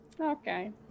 Okay